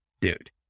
dude